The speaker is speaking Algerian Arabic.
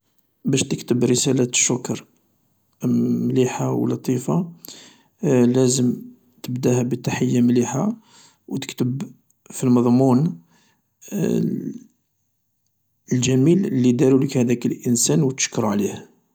باش تكتب رسالة شكر مليحة و لطيفة لازم تبداها بتحية مليحة و تكتب في المضمون الجميل لي دارولك هداك الإنسان و تشكرو عليه.